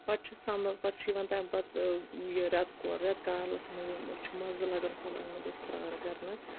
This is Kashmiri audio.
پتہٕ چھُ سمر پتہٕ چھُ یِوان تمہِ پتہٕ یہِ رٮ۪تہٕ کول رٮ۪ت کالس منٛز چھُ مزٕ لگان کۄلن منٛز اسہِ سرٛان کرنس